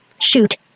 Shoot